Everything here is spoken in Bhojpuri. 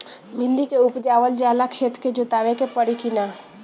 भिंदी के उपजाव ला खेत के जोतावे के परी कि ना?